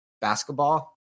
basketball